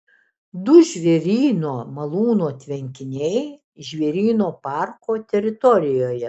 du žvėryno malūno tvenkiniai žvėryno parko teritorijoje